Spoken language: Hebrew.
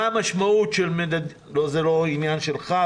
מה המשמעות של מדדים זה לא עניין שלך,